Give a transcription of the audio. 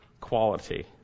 quality